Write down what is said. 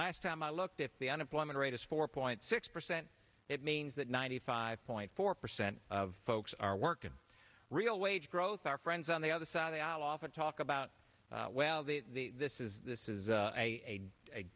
last time i looked if the unemployment rate is four point six percent it means that ninety five point four percent of folks are working real wage growth our friends on the other side of the aisle often talk about well the this is this is a